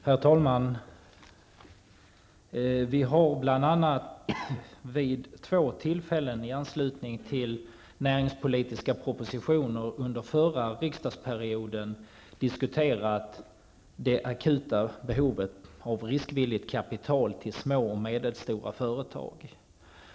Herr talman! Vi har bl.a. vid två tillfällen i anslutning till näringspolitiska propositioner under förra riksdagsperioden disktuerat det akuta behovet av riskvilligt kapital i små och medelstora företag.